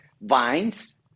vines